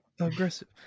aggressive